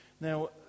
Now